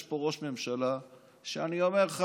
יש פה ראש ממשלה שאני אומר לך,